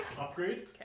Upgrade